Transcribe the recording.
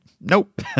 nope